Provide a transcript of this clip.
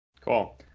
Cool